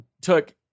Took